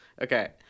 Okay